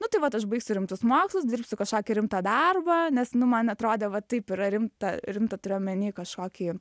nu tai vat aš baigsiu rimtus mokslus dirbsiu kažkokį rimtą darbą nes nu man atrodė va taip yra rimta rimta turiu omeny kažkokį